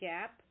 Gap